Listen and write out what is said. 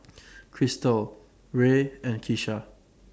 Cristal Ray and Kisha